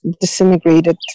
disintegrated